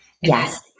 Yes